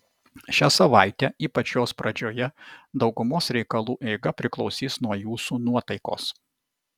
šią savaitę ypač jos pradžioje daugumos reikalų eiga priklausys nuo jūsų nuotaikos